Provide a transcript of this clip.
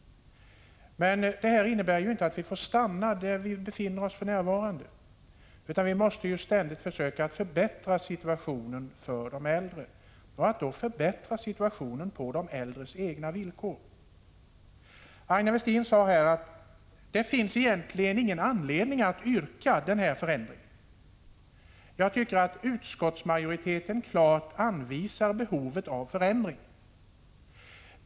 Men detta innebär ju inte att vi får stanna där vi befinner oss för närvarande. Vi måste ständigt försöka förbättra situationen för de äldre — och på de äldres egna villkor. Aina Westin sade här att det egentligen inte finns någon anledning att yrka på den här förändringen. Jag tycker att utskottsmajoriteten klart visar på behovet av förändring.